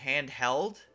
handheld